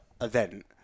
event